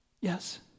Yes